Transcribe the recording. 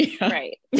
right